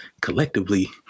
collectively